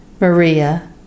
Maria